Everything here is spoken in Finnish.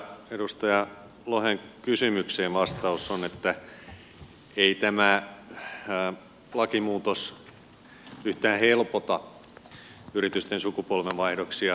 edustaja lohen kysymykseen vastaus on että ei tämä lakimuutos yhtään helpota yritysten sukupolvenvaihdoksia